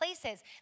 places